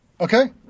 Okay